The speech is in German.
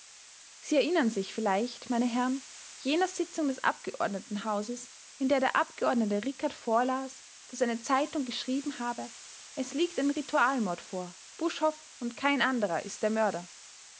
sie erinnern sich vielleicht meine herren jener sitzung des abgeordnetenhauses in der der abgeordnete rickert vorlas daß eine zeitung geschrieben habe es liegt ein ritualmord vor buschhoff und kein anderer ist der mörder